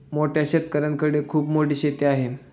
मोठ्या शेतकऱ्यांकडे खूप मोठी शेती आहे